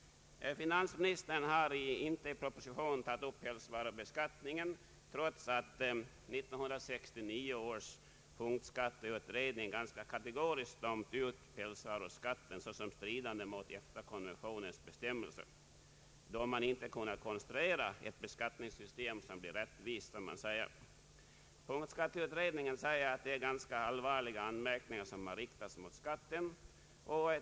Finansministern har inte tagit upp pälsvarubeskattningen i propositionen trots att 1969 års punktskatteutrednings betänkande «kategoriskt dömt ut pälsvaruskatten såsom stridande mot EFTA-konventionens bestämmelser, då man inte kunnat konstruera ett rättvist beskattningssystem. Punktskatteutredningen säger att det är ganska allvarliga anmärkningar som riktas mot skatten.